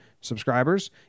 subscribers